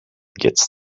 gets